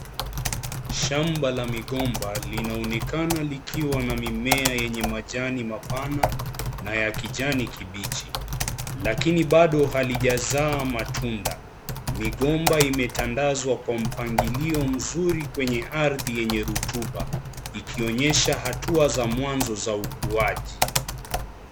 Shamba la migomba linaonekana likiwa na mimea yenye majani mapana na ya kijani kibichi. Lakini bado halijazaa matunda. Migomba imetangazwa kwa mpangilio mzuri kwenye ardhi yenye rutuba, ikionyesha hatua za kwanza za ukuaji.